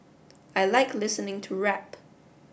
I like listening to rap